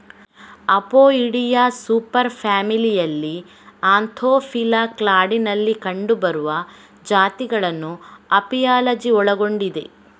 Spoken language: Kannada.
ಅಪೊಯಿಡಿಯಾ ಸೂಪರ್ ಫ್ಯಾಮಿಲಿಯಲ್ಲಿ ಆಂಥೋಫಿಲಾ ಕ್ಲಾಡಿನಲ್ಲಿ ಕಂಡುಬರುವ ಜಾತಿಗಳನ್ನು ಅಪಿಯಾಲಜಿ ಒಳಗೊಂಡಿದೆ